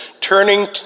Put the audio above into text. turning